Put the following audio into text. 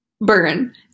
Burn